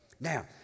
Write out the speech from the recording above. now